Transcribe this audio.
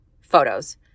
photos